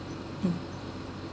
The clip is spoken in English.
uh